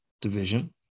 division